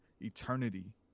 eternity